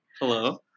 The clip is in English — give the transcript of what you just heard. Hello